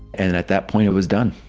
and and at that point, it was done.